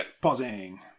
pausing